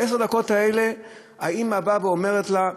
בעשר הדקות האלה האימא באה ואומרת לה: